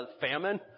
famine